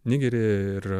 nigeryje ir